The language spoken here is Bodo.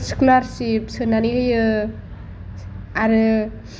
स्कलारशिप सोनानै होयो आरो